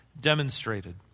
demonstrated